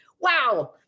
wow